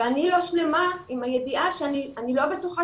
ואני לא שלמה עם הידיעה שאני לא בטוחה